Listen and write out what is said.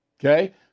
Okay